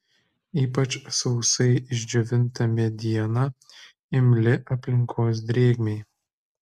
ypač sausai išdžiovinta mediena imli aplinkos drėgmei